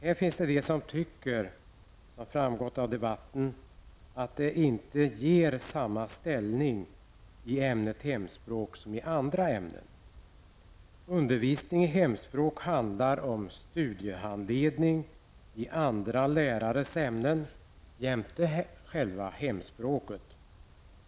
Här finns det de som tycker -- det har framgått av debatten -- att vi inte ger samma ställning för ämnet hemspråk som andra ämnen. Undervisning i hemspråk handlar om studiehandledning i andra lärares ämnen jämte själva hemspråket.